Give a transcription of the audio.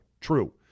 true